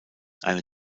eine